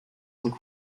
and